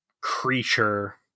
creature